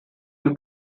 you